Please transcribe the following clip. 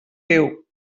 déu